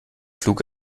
flug